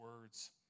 words